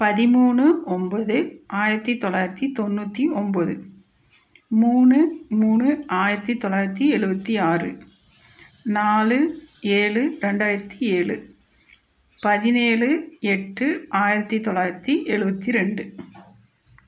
பதிமூணு ஒம்பது ஆயிரத்தி தொள்ளாயிரத்தி தொண்ணூற்றி ஒம்பது மூணு மூணு ஆயிரத்தி தொள்ளாயிரத்தி எழுபத்தி ஆறு நாலு ஏழு ரெண்டாயிரத்தி ஏழு பதினேழு எட்டு ஆயிரத்தி தொள்ளாயிரத்தி எழுபத்தி ரெண்டு